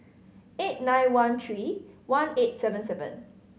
eight nine one three one eight seven seven